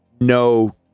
no